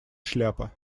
шляпа